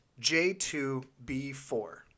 J2B4